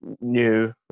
new